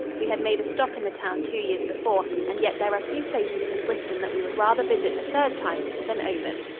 we had made a stop in the town two years before, and yet there are few places in britain that we would rather visit a third time than oban.